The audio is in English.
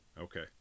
Okay